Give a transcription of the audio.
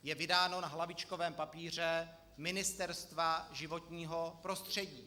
Je vydáno na hlavičkovém papíře Ministerstva životního prostředí.